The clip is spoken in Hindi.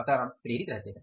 अतः हम प्रेरित रहते हैं